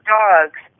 dogs